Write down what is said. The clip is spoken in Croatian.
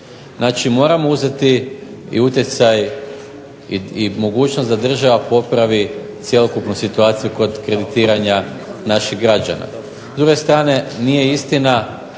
znači moramo uzeti utjecaj i mogućnost da država popravi cjelokupnu situaciju kod kreditiranja naših građana.